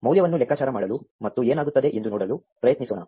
ಮೌಲ್ಯವನ್ನು ಲೆಕ್ಕಾಚಾರ ಮಾಡಲು ಮತ್ತು ಏನಾಗುತ್ತದೆ ಎಂದು ನೋಡಲು ಪ್ರಯತ್ನಿಸೋಣ